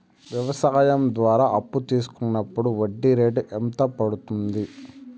వ్యవసాయం ద్వారా అప్పు తీసుకున్నప్పుడు వడ్డీ రేటు ఎంత పడ్తుంది